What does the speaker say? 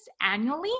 annually